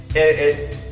it.